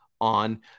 on